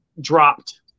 dropped